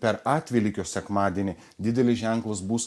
per atvelykio sekmadienį didelis ženklas bus